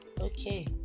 okay